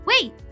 Wait